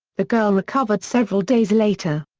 the girl recovered several days later.